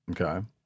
Okay